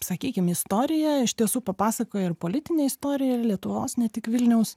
sakykim istorija iš tiesų papasakoja ir politinę istoriją ir lietuvos ne tik vilniaus